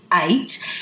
Eight